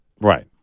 Right